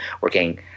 working